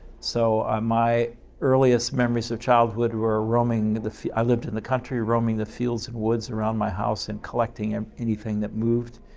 so, my earliest memories of childhood were roaming i lived in the country roaming the fields and woods around my house and collecting and anything that moved.